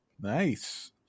Nice